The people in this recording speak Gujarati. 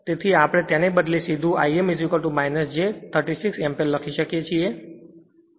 તેથી આપણે તેને બદલે સીધું I m j 36 એમ્પીયર લખી શકીએ છીયે